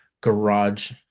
garage